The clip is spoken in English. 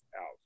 out